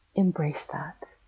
embrace that.